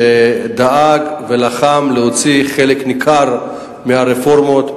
שדאג ולחם להוציא חלק ניכר מהרפורמות,